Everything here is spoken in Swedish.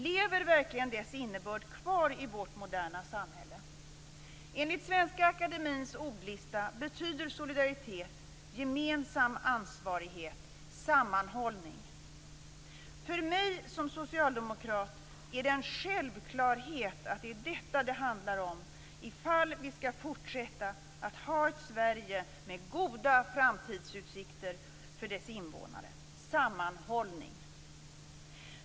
Lever verkligen dess innebörd kvar i vårt moderna samhälle? Enligt Svenska Akademiens ordlista betyder solidaritet gemensam ansvarighet; sammanhållning. För mig som socialdemokrat är det en självklarhet att det är detta det handlar om, ifall vi skall fortsätta att ha ett Sverige med goda framtidsutsikter för dess invånare: sammanhållning.